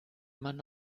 man